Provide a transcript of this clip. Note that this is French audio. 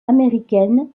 américaine